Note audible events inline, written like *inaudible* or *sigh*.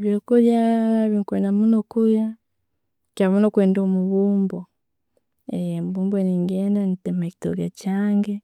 Ebyokulya byenkwenda munno kulya, nkira munno kwenda Omubumbo. *hesitation* Omubumbo ne'ngenda nentema ekitooke kyange,